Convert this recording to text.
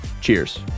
cheers